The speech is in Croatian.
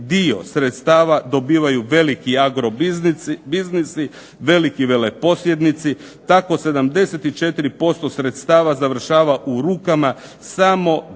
dio sredstava dobivaju veliki agro biznisi, veliki veleposjednici, tako 74% sredstava završava u rukama samo